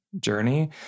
journey